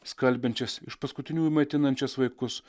skalbiančias iš paskutiniųjų maitinančias vaikus